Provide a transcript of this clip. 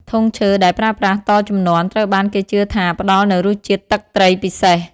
ធុងឈើ ដែលប្រើប្រាស់តជំនាន់ ត្រូវបានគេជឿថាផ្តល់នូវរសជាតិទឹកត្រីពិសេស។